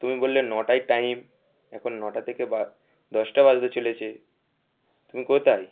তুমি বললে নটায় টাইম এখন নটা থেকে দশটা বাজতে চলেছে তুমি কোথায়